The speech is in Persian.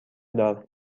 دار